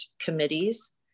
committees